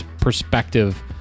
perspective